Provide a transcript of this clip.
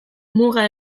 muga